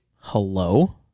Hello